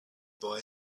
boy